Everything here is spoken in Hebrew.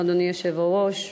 אדוני היושב-ראש.